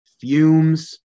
fumes